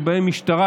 שבהם משטרה,